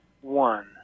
one